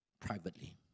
privately